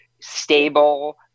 stable